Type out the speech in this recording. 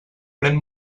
pren